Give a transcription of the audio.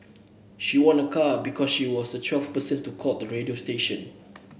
she won a car because she was the twelfth person to call the radio station